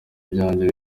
byanjye